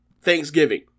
Thanksgiving